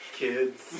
kids